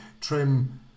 Trim